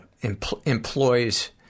employs